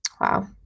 Wow